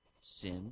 sin